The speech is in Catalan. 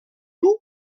dur